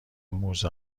موزه